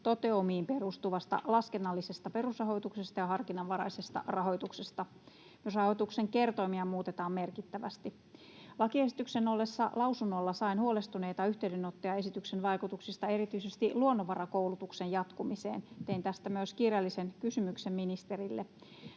toteumiin perustuvasta laskennallisesta perusrahoituksesta ja harkinnanvaraisesta rahoituksesta. Myös rahoituksen kertoimia muutetaan merkittävästi. Lakiesityksen ollessa lausunnolla sain huolestuneita yhteydenottoja esityksen vaikutuksista erityisesti luonnonvarakoulutuksen jatkumiseen. Tein tästä myös kirjallisen kysymyksen ministerille.